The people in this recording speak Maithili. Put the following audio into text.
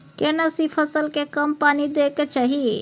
केना सी फसल के कम पानी दैय के चाही?